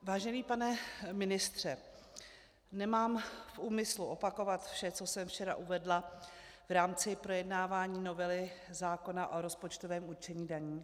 Vážený pane ministře, nemám v úmyslu opakovat vše, co jsem včera uvedla v rámci projednávání novely zákona o rozpočtovém určení daní.